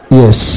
yes